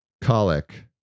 Colic